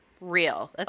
real